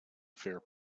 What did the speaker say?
fair